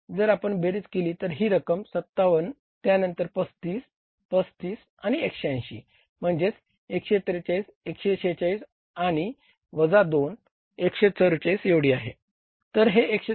जर आपण बेरीज केली तर ही रक्कम 57 त्यांनतर 35 35 आणि 180 म्हणजे 143 146 आणि वजा 2 144 एवढी येईल